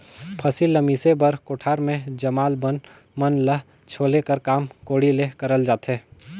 फसिल ल मिसे बर कोठार मे जामल बन मन ल छोले कर काम कोड़ी ले करल जाथे